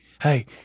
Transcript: hey